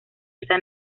esta